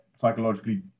psychologically